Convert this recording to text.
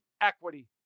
equity